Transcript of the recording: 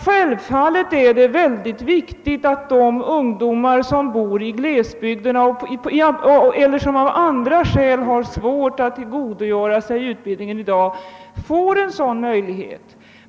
Självfallet är det, fru Sundberg, viktigt att de ungdomar som bor i glesbygderna eller som av andra skäl i dag har svårt att tillgodogöra sig utbildningen nu får en sådan möjlighet.